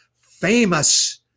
Famous